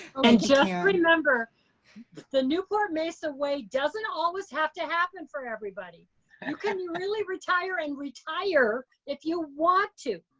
and yeah just remember the the newport-mesa way doesn't always have to happen for everybody. you can really retire and retire if you want to.